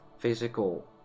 physical